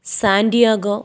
santiago